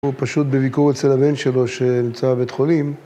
הוא פשוט בביקור אצל הבן שלו שנמצא בבית חולים.